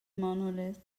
monolith